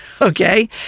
Okay